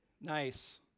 Nice